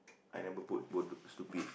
I never put bod~ stupid